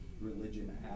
religion